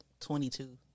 22